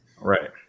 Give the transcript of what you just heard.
Right